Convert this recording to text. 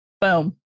boom